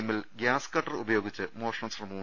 എമ്മിൽ gas cutter ഉപയോഗിച്ച് മോഷണശ്രമം